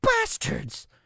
Bastards